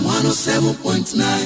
107.9